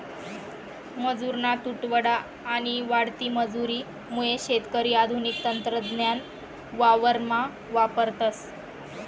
मजुरना तुटवडा आणि वाढती मजुरी मुये शेतकरी आधुनिक तंत्रज्ञान वावरमा वापरतस